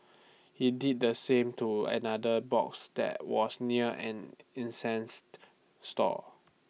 he did the same to another box that was near an incense stall